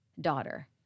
daughter